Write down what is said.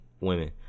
women